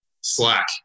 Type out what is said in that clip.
Slack